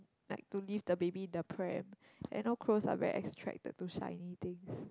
like to leave the baby in the pram and know crows are very attracted to shiny things